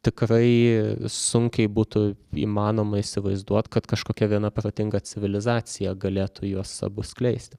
tikrai sunkiai būtų įmanoma įsivaizduot kad kažkokia viena protinga civilizacija galėtų juos abu skleisti